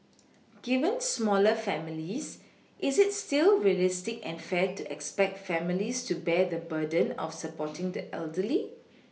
given smaller families is it still realistic and fair to expect families to bear the burden of supporting the elderly